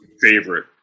favorite